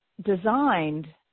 designed